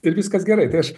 ir viskas gerai tai aš